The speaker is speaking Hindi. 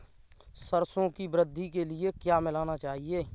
सरसों की वृद्धि के लिए क्या मिलाना चाहिए?